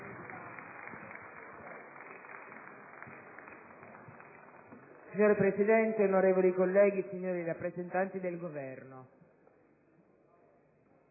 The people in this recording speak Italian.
Signor Presidente, onorevoli colleghi, signori rappresentanti del Governo,